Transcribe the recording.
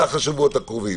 במהלך השבועות הקרובים